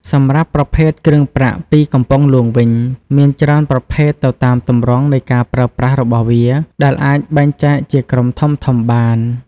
សម្រាប់ប្រភេទគ្រឿងប្រាក់ពីកំពង់ហ្លួងវិញ មានច្រើនប្រភេទទៅតាមទម្រង់និងការប្រើប្រាស់របស់វា ដែលអាចបែងចែកជាក្រុមធំៗបាន។